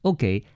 Okay